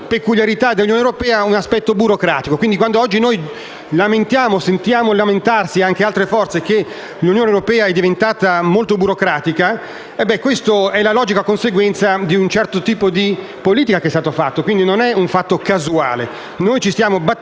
peculiarità dell'Unione europea un aspetto burocratico. Quindi, quando noi oggi lamentiamo, e sentiamo lamentarsi anche altre forze, del fatto che l'Unione europea sia diventata molto burocratica, questa è la logica conseguenza di un certo tipo di politica. Non è un fatto casuale.